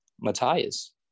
matthias